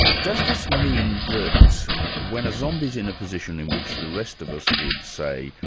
does this mean that when a zombie is in a position in which the rest of us would, say,